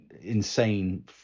Insane